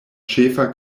ĉefa